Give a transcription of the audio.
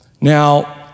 Now